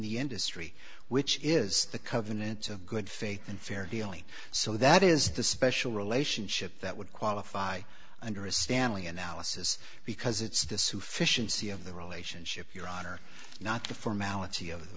the industry which is the covenant of good faith and fair dealing so that is the special relationship that would qualify under a stanley analysis because it's this who fish and sea of the relationship your honor not the formality of